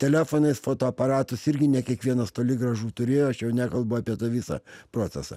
telefonais fotoaparatus irgi ne kiekvienas toli gražu turėjo aš jau nekalbu apie tą visą procesą